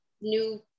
new